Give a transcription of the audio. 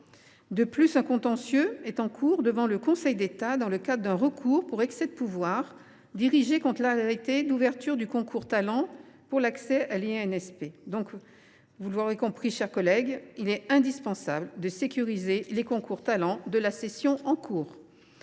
De plus, un contentieux est en cours devant le Conseil d’État dans le cadre d’un recours pour excès de pouvoir dirigé contre l’arrêté d’ouverture du concours Talents pour l’accès à l’INSP. Comme vous l’aurez compris, mes chers collègues, il est indispensable de sécuriser les concours Talents de la session en cours.